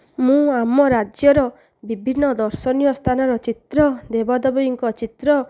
ମୁଁ ଆମ ରାଜ୍ୟର ବିଭିନ୍ନ ଦର୍ଶନୀୟ ସ୍ଥାନର ଚିତ୍ର ଦେବାଦେବୀଙ୍କ ଚିତ୍ର